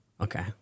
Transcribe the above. Okay